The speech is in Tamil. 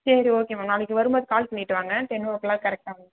சரி ஓகே மேம் நாளைக்கு வரும் போது கால் பண்ணிவிட்டு வாங்க டென் ஓ கிளாக் கரெக்டாக வந்து